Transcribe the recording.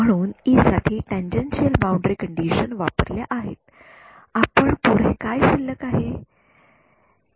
म्हणून मी ई साठी टॅनजेन्शियल बाउंडरी कंडिशन वापरल्या आहेत आता पुढे काय शिल्लक आहे